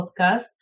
podcast